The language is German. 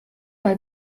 mal